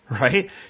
right